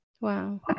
Wow